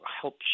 help